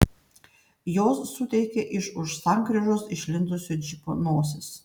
jos suteikė iš už sankryžos išlindusio džipo nosis